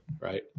Right